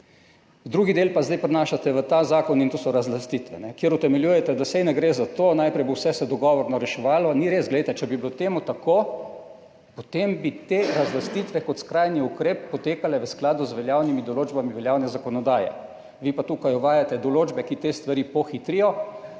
drugi del pa zdaj prinašate v ta zakon, in to so razlastitve, kjer utemeljujete, da saj ne gre za to, najprej se bo vse dogovorno reševalo. Ni res. Če bi bilo tako, potem bi te razlastitve kot skrajni ukrep potekale v skladu z veljavnimi določbami veljavne zakonodaje, vi pa tukaj uvajate določbe, ki te stvari pohitrijo,